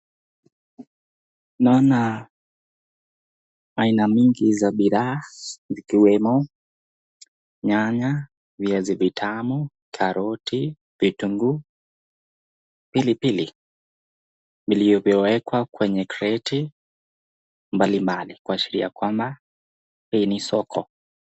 Naona aina mingi za bidhaa vikiwemo nyanya, viazi vitamu, karoti, vitunguu, pilipili vilivyowekwa kwenye kreti mbalimbali kuashiria kwamba hii ni soko.